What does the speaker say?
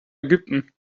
ägypten